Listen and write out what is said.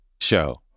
Show